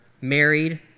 married